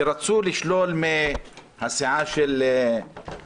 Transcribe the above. שרצו לשלול מהסיעה של -- דרך ארץ.